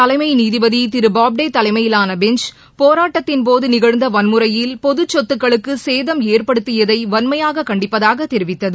தலைமை நீதிபதி திரு போப்டே தலைமையிலாள பெஞ்ச் போராட்டத்தின்போது நிகழ்ந்த வன்முறையில் பொதுச் சொத்துகளுக்கு சேதம் ஏற்படுத்தியதை வன்மையாக கண்டிப்பதாக தெரிவித்தது